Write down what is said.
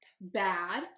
bad